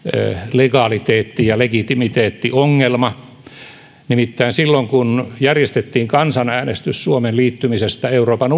legaliteetti ja legitimiteettiongelma nimittäin silloin kun järjestettiin kansanäänestys suomen liittymisestä euroopan